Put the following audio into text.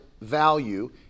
value